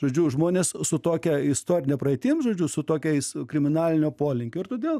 žodžiu žmonės su tokia istorine praeitim žodžiu su tokiais kriminalinio polinkio ir todėl